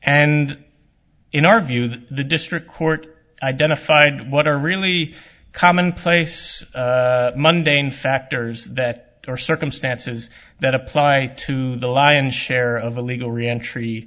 and in our view the district court identified what are really common place monday in factors that are circumstances that apply to the lion share of illegal reentry